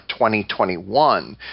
2021